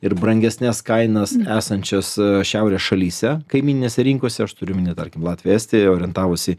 ir brangesnes kainas esančias šiaurės šalyse kaimyninėse rinkose aš turiu omeny tarkim latvija estija orientavosi